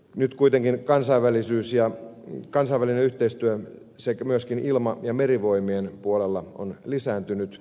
nyt kuitenkin kansainvälinen yhteistyö myöskin ilma ja merivoimien puolella on lisääntynyt